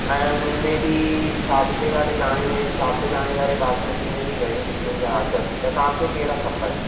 ऐं हुन में बि साबिते वारे दाणे में साबिते दाणे वारे बासमती में बि घणेई क़िस्मनि जा अघ आहिनि त तव्हांखे कहिड़ा खपनि